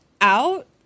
out